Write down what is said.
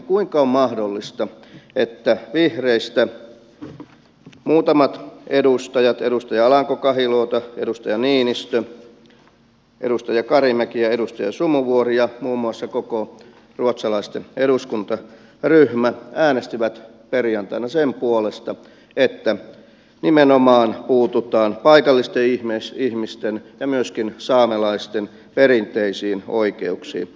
kuinka on mahdollista että vihreistä muutamat edustajat edustaja alanko kahiluoto edustaja niinistö edustaja karimäki ja edustaja sumuvuori ja muun muassa koko ruotsalaisten eduskuntaryhmä äänestivät perjantaina sen puolesta että nimenomaan puututaan paikallisten ihmisten ja myöskin saamelaisten perinteisiin oikeuksiin